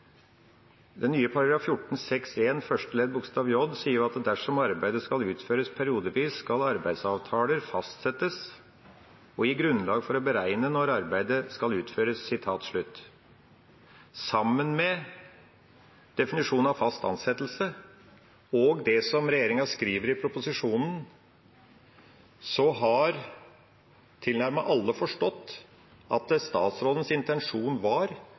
Den nye § 14-6 første ledd bokstav j sier jo: «Dersom arbeidet skal utføres periodevis, skal arbeidsavtalen fastsette eller gi grunnlag for å beregne når arbeidet skal utføres.» Sammen med en definisjon av fast ansettelse og det regjeringa skriver i proposisjonen, har tilnærmet alle forstått at statsrådens intensjon var